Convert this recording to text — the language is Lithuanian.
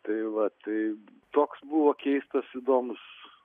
tai va tai toks buvo keistas įdomus